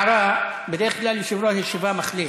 הערה: בדרך כלל היושב-ראש מחליט,